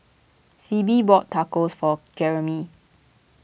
Sibbie bought Tacos for Jeremy